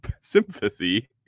sympathy